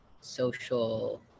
social